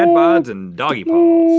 and bods and doggie paws.